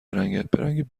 رنگ